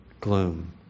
gloom